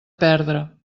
perdre